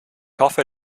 hoffe